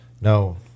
no